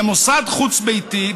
למוסד חוץ-ביתי,